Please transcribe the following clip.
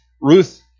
Ruth